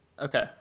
Okay